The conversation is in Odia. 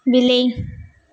ବିଲେଇ